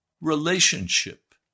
relationship